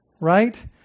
right